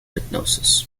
hypnosis